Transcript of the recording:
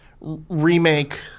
remake